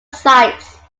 sites